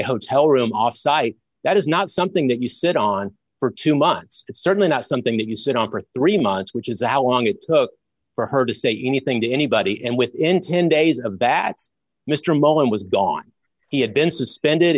hotel room off site that is not something that you sit on for two months it's certainly not something that you sit on for three months which is our long it took for her to say anything to anybody and within ten days of bats mr bowen was gone he had been suspended